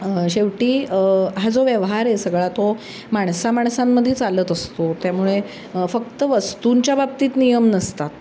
शेवटी हा जो व्यवहार आहे सगळा तो माणसा माणसांमध्ये चालत असतो त्यामुळे फक्त वस्तूंच्या बाबतीत नियम नसतात